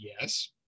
yes